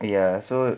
ya so